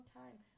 time